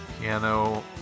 piano